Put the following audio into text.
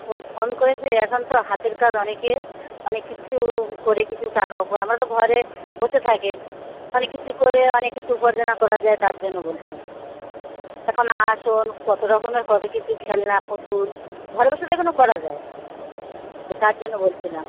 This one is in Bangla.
ওই ফোন করেছে এখন তো হাতের কাজ অনেকে অনেক কিছু করে কিছু টাকাও পায় আমরা তো ঘরে বসে থাকেন অনেক কিছু করে অনেক কিছু উপার্জনা করা যায় তার জন্য বলছিলাম এখন আসন কতো রকমের কতো কিছু খেলনা পুতুল ঘরে বসে তো এগুনো করা যায় তো তার জন্য বলছিলাম